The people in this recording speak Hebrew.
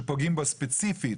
שפוגעים בו ספציפית.